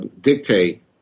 dictate